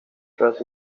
trust